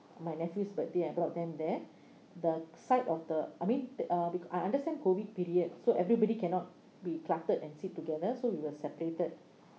my nephew's birthday I brought them there the sight of the I mean the uh b~ I understand COVID period so everybody cannot be clustered and sit together so we were separated